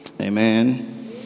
amen